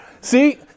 See